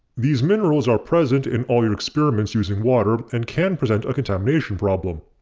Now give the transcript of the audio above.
these minerals are present in all your experiments using water and can present a contamination problem.